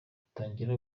utangira